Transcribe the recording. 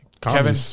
Kevin